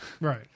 Right